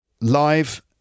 live